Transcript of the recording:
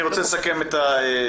אני רוצה לסכם את הדיון,